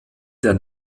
der